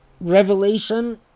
revelation